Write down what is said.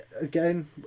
again